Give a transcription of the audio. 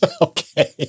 Okay